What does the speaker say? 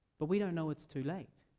but we don't know it's too late